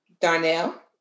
Darnell